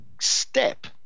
step